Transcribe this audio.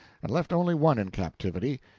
and left only one in captivity.